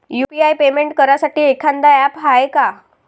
UPI payment करासाठी एखांद app हाय का?